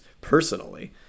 personally